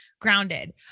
grounded